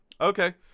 Okay